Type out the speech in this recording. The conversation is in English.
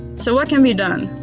so, what can be done?